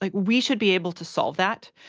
like we should be able to solve that.